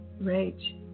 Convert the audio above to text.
rage